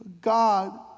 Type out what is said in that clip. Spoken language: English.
God